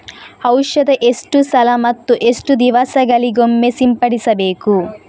ಔಷಧ ಎಷ್ಟು ಸಲ ಮತ್ತು ಎಷ್ಟು ದಿವಸಗಳಿಗೊಮ್ಮೆ ಸಿಂಪಡಿಸಬೇಕು?